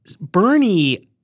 Bernie